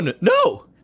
no